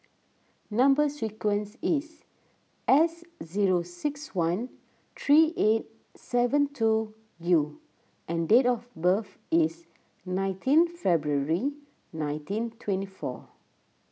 Number Sequence is S zero six one three eight seven two U and date of birth is nineteen February nineteen twenty two